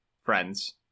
friends